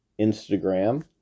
Instagram